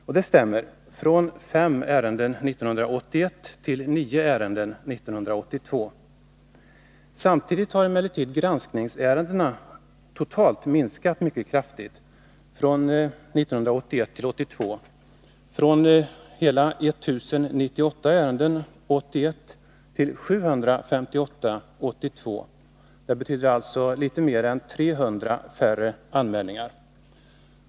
Och det stämmer — antalet har ökat från fem ärenden år 1981 till nio år 1982. Samtidigt har emellertid granskningsärendena totalt minskat kraftigt från år 1981 till år 1982 — från hela 1098 år 1981 till 758 år 1982. Det betyder alltså något mer än 300 färre anmälningar.